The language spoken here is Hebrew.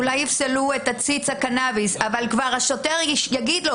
אולי יפסלו את עציץ הקנאביס אבל השוטר ישאל אותו